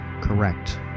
correct